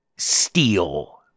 steel